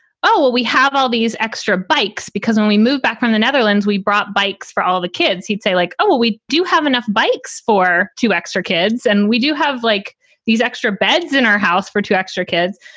oh, well, we have all these extra bikes, because when we moved back from the netherlands, we brought bikes for all the kids. he'd say like, oh, well, we do have enough bikes for two extra kids. and we do have like these extra beds in our house for two extra kids.